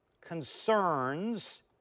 concerns